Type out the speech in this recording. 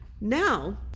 Now